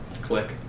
Click